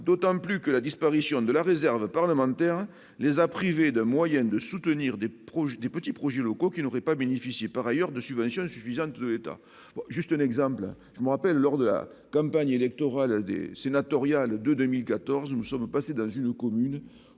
d'autant plus que la disparition de la réserve parlementaire les a privés de moyens de soutenir des proches, des petits projets locaux qui n'aurait pas bénéficié par ailleurs de subventions état juste un exemple, je me rappelle, lors de la com bagne électorale des sénatoriales de 2014, nous sommes passés dans une commune